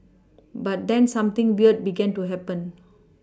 but then something weird began to happen